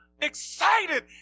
excited